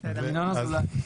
בסדר,